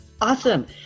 Awesome